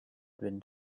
been